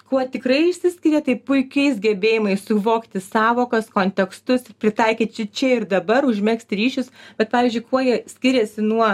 kuo tikrai išsiskiria tai puikiais gebėjimais suvokti sąvokas kontekstus pritaikyt čia ir dabar užmegzti ryšius bet pavyzdžiui kuo jie skiriasi nuo